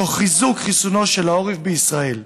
תוך חיזוק חיסונו של העורף בישראל.